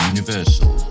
Universal